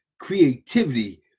creativity